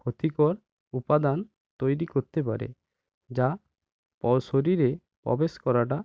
ক্ষতিকর উপাদান তৈরি করতে পারে যা শরীরে প্রবেশ করাটা